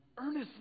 earnestly